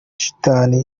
shitani